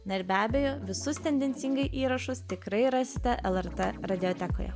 na ir be abejo visus tendencingai įrašus tikrai rasite lrt radiotekoje